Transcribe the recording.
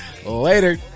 Later